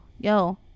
yo